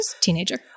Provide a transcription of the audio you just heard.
Teenager